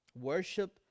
Worship